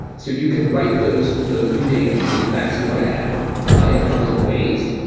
so you can write those those new datums, the new facts you want to add in a couple of ways.